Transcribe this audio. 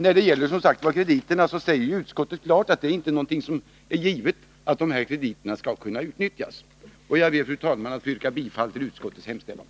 När det gäller krediterna säger utskottet klart att det inte är givet att dessa skall kunna utnyttjas. Jag ber, fru talman, att få yrka bifall till utskottets hemställan.